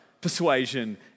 persuasion